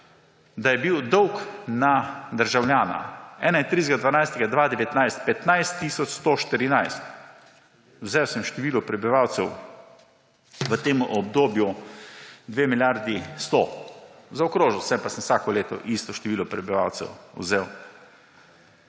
da je bil dolg na državljana 31. 12. 2019 15 tisoč 114. Vzel sem število prebivalcev v tem obdobju 2 milijona 100. Zaokrožil sem pa sem vsako leto isto število prebivalcev vzel.